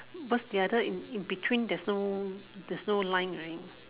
what's the other in in between there's no there's no line right